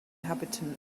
inhabitants